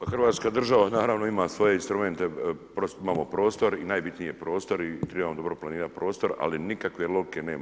Pa Hrvatska država naravno ima svoje instrumente, imamo prostor i najbitniji je prostor i trebamo dobro planirati prostor ali nikakve logike nema.